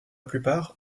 plupart